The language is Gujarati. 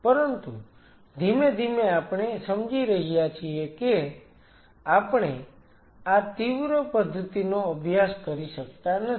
પરંતુ ધીમે ધીમે આપણે સમજી રહ્યા છીએ કે આપણે આ તીવ્ર પદ્ધતિનો અભ્યાસ કરી શકતા નથી